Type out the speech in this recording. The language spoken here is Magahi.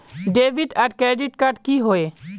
डेबिट आर क्रेडिट कार्ड की होय?